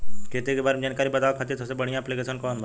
खेती के बारे में जानकारी बतावे खातिर सबसे बढ़िया ऐप्लिकेशन कौन बा?